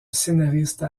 scénaristes